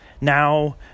now